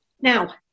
Now